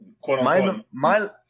quote-unquote